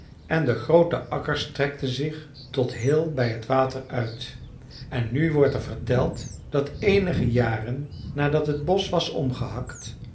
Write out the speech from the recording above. en de groote akkers strekten zich tot heel bij het water uit en nu wordt er verteld dat eenige jaren nadat het bosch was omgehakt